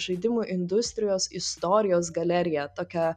žaidimų industrijos istorijos galeriją tokią